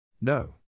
No